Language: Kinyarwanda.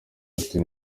ati